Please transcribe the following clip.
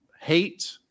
hate